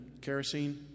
kerosene